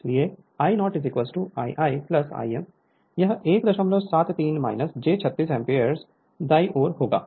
इसलिए I 0I i I m यह 173 j 36 ampere दाईं ओर होगा